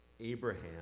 Abraham